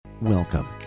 Welcome